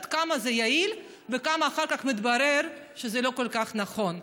עד כמה זה יעיל וכמה אחר כך מתברר שזה לא כל כך נכון.